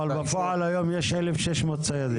אבל בפועל היום יש 1,600 ציידים.